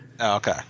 Okay